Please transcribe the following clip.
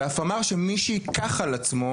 ואף אמר שמי שייקח על עצמו,